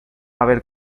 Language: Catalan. haver